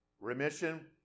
remission